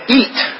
eat